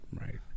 right